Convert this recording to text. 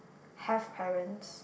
have parents